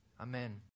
Amen